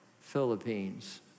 Philippines